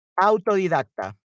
autodidacta